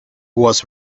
was